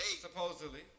supposedly